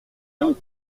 vie